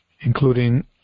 including